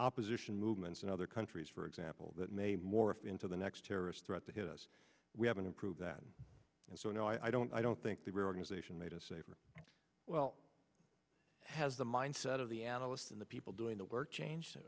opposition movements in other countries for example that may morph into the next terrorist threat to hit us we haven't improved that and so no i don't i don't think the reorganization made us safer well has the mindset of the analyst in the people doing the work change